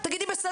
אז?